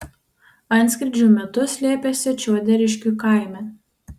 antskrydžių metu slėpėsi čiuoderiškių kaime